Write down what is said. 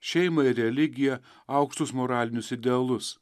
šeimą ir religiją aukštus moralinius idealus